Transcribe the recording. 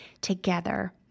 together